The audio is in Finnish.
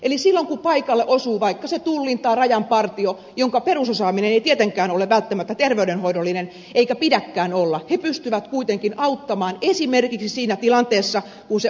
eli silloin kun paikalle osuu vaikka se tullin tai rajan partio jonka perusosaaminen ei tietenkään ole välttämättä ter veydenhoidollinen eikä pidäkään olla he pystyvät kuitenkin auttamaan esimerkiksi siinä tilanteessa kun onnettomuus sattuu